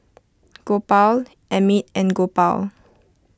Gopal Amit and Gopal